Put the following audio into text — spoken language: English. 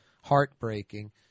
heartbreaking